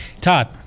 Todd